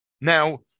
Now